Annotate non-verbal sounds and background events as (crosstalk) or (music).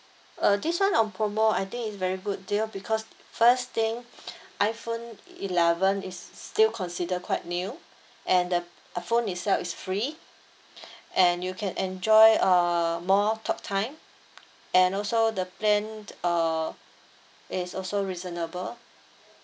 uh this one on promo I think it's very good deal because first thing (breath) iphone eleven is still consider quite new and the phone itself is free (breath) and you can enjoy uh more talk time and also the plan uh is also reasonable